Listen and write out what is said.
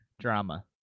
drama